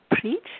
preach